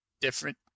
different